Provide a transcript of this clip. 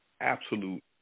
absolute